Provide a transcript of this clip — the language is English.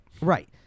Right